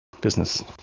business